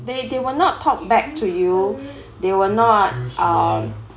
they they will not talk back to you they will not um